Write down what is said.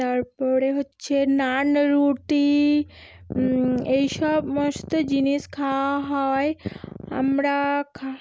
তারপরে হচ্ছে নান রুটি এই সমস্ত জিনিস খাওয়া হয় আমরা